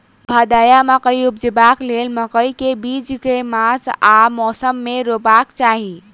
भदैया मकई उपजेबाक लेल मकई केँ बीज केँ मास आ मौसम मे रोपबाक चाहि?